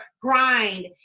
grind